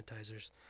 sanitizers